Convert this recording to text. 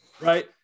Right